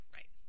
Right